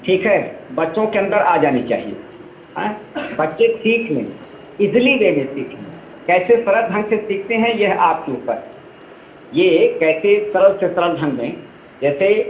ठीक है बच्चों के अंदर आ जानी चाहिए बच्चे सीख लें इज़िली वे में सीखें कैसे सरल ढंग से सीखते हैं यह आपके ऊपर है ये कैसे सरल से सरल ढंग में जैसे